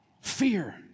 fear